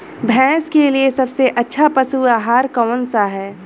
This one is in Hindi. भैंस के लिए सबसे अच्छा पशु आहार कौन सा है?